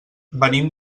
venim